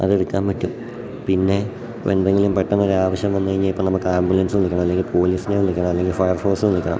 അതെടുക്കാൻ പറ്റും പിന്നെ എന്തെങ്കിലും പെട്ടെന്നൊരാവശ്യം വന്നു കഴിഞ്ഞാൽ ഇപ്പം നമുക്കാംബുലൻസ് വിളിക്കണം അല്ലെങ്കിൽ പോലീസിനെ വിളിക്കണം അല്ലെങ്കിൽ ഫയർ ഫോസ് വിളിക്കണം